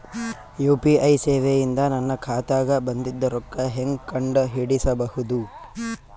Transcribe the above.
UPI ಸೇವೆ ಇಂದ ನನ್ನ ಖಾತಾಗ ಬಂದಿದ್ದ ರೊಕ್ಕ ಹೆಂಗ್ ಕಂಡ ಹಿಡಿಸಬಹುದು?